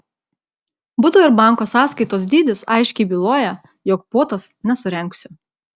buto ir banko sąskaitos dydis aiškiai byloja jog puotos nesurengsiu